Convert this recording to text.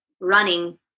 running